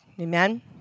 Amen